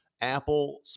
Apple